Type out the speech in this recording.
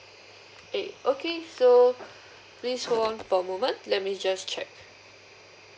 eh okay so please hold on for a moment let me just check